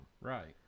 Right